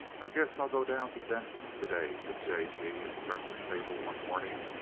i guess i'll go down to denson's to-day, said j. g. at the breakfast table one morning.